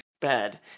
bed